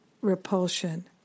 repulsion